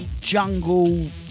Jungle